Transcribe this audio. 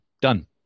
Done